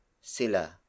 sila